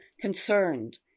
concerned